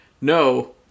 No